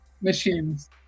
machines